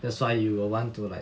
that's why you will want to like